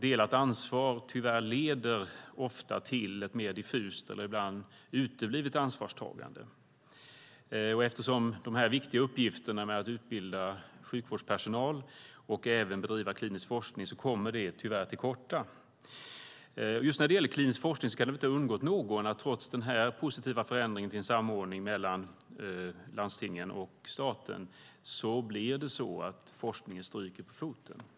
Delat ansvar leder tyvärr ofta till ett mer diffust eller ibland uteblivet ansvarstagande. När det gäller de här viktiga uppgifterna, att utbilda sjukvårdspersonal och även bedriva klinisk forskning, kommer man tyvärr till korta. Just när det gäller klinisk forskning kan det väl inte ha undgått någon att den, trots den positiva förändringen när det gäller en samordning mellan landstingen och staten, får stryka på foten.